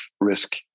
risk